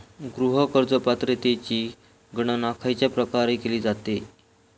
गृह कर्ज पात्रतेची गणना खयच्या प्रकारे केली जाते?